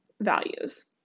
values